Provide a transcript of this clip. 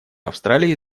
австралии